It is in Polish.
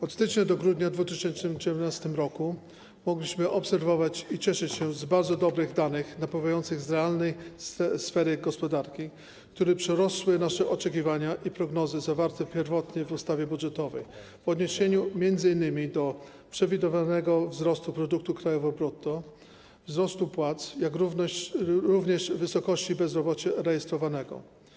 Od stycznia do grudnia 2019 r. mogliśmy obserwować i cieszyć się z bardzo dobrych danych napływających z realnej sfery gospodarki, które przerosły nasze oczekiwania i prognozy zawarte pierwotnie w ustawie budżetowej, w odniesieniu m.in. do przewidywanego wzrostu produktu krajowego brutto, wzrostu płac, jak również wysokości bezrobocia rejestrowanego.